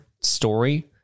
story